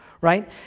right